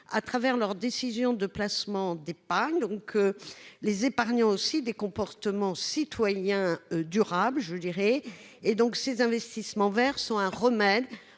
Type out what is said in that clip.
à travers leurs décisions de placement d'épargne donc. Les épargnants aussi des comportements citoyens durable je dirais et donc ces investissements verts sont un remède